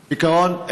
בעיקרון,